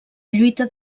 lluita